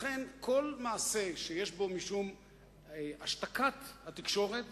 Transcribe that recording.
לכן, כל מעשה שיש בו משום השתקה של התקשורת